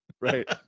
Right